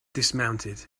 dismounted